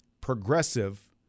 progressive